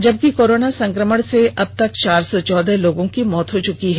जबकि कोरोना संक्रमण से अबतक चार सौ चौदह लोगों की मौत हो चुकी है